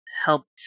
helped